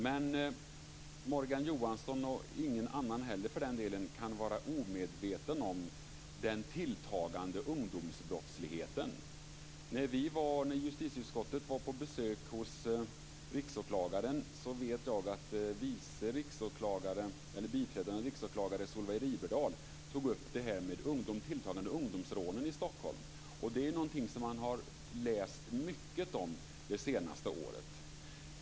Men varken Morgan Johansson eller någon annan heller, för den delen, kan vara omedveten om den tilltagande ungdomsbrottsligheten. När justitieutskottet var på besök hos Riksåklagaren tog biträdande riksåklagaren Solveig Riberdahl upp frågan om de tilltagande ungdomsrånen i Stockholm. Detta är något som man har läst mycket om under det senaste året.